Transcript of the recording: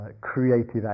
creative